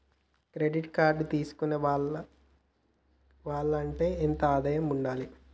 Credit card తీసుకోవాలంటే ఎంత ఆదాయం ఉండాలే?